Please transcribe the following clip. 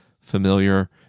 familiar